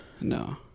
No